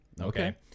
Okay